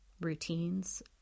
routines